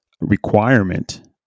requirement